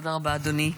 תודה רבה, אדוני.